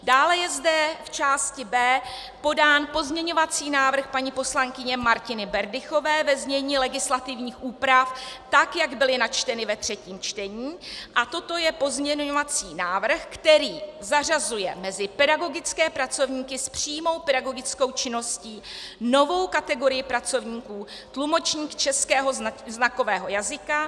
Dále je zde v části B podán pozměňovací návrh paní poslankyně Martiny Berdychové ve znění legislativních úprav, tak jak byly načteny ve třetím čtení, a toto je pozměňovací návrh, který zařazuje mezi pedagogické pracovníky s přímou pedagogickou činností novou kategorii pracovníků tlumočník českého znakového jazyka.